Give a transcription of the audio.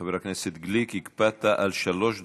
חבר הכנסת גליק, הקפדת על שלוש דקות,